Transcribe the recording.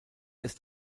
ist